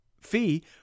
Fee